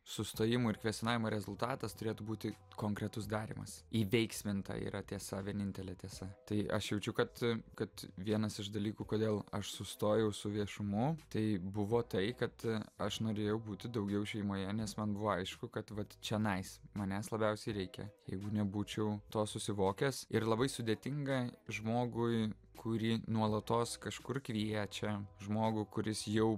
sustojimų ir kvestionavimo rezultatas turėtų būti konkretus darymas įveiksminta yra tiesa vienintelė tiesa tai aš jaučiu kad kad vienas iš dalykų kodėl aš sustojau su viešumu tai buvo tai kad aš norėjau būti daugiau šeimoje nes man buvo aišku kad vat čionais manęs labiausiai reikia jeigu nebūčiau to susivokęs ir labai sudėtinga žmogui kurį nuolatos kažkur kviečia žmogų kuris jau